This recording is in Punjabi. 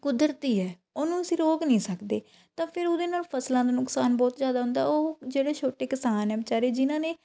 ਕੁਦਰਤੀ ਹੈ ਉਹਨੂੰ ਅਸੀਂ ਰੋਕ ਨਹੀਂ ਸਕਦੇ ਤਾਂ ਫਿਰ ਉਹਦੇ ਨਾਲ ਫਸਲਾਂ ਦਾ ਨੁਕਸਾਨ ਬਹੁਤ ਜ਼ਿਆਦਾ ਹੁੰਦਾ ਉਹ ਜਿਹੜੇ ਛੋਟੇ ਕਿਸਾਨ ਆ ਵਿਚਾਰੇ ਜਿਨ੍ਹਾਂ ਨੇ